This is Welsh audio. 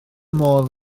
modd